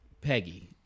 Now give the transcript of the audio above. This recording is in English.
peggy